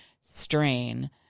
strain